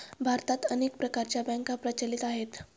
भारतात अनेक प्रकारच्या बँका प्रचलित आहेत